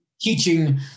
teaching